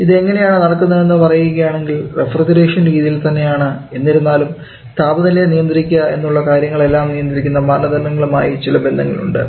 ഇത് എങ്ങനെയാണ് നടക്കുന്നതെന്നും പറയുകയാണെങ്കിൽ റഫ്രിജറേഷൻ രീതിയിൽ തന്നെയാണ് എന്നിരുന്നാലും താപനില നിയന്ത്രിക്കുക എന്നുള്ള കാര്യങ്ങളിലെല്ലാം നിയന്ത്രിക്കുന്ന മാനദണ്ഡങ്ങളും ആയി ചില ബന്ധങ്ങളുണ്ട്